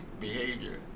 behavior